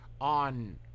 On